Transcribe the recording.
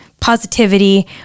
positivity